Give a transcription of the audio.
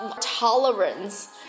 tolerance